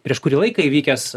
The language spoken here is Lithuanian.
prieš kurį laiką įvykęs